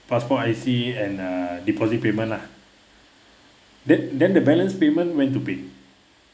passport I_C and err deposit payment lah then then the balance payment when to pay